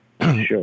Sure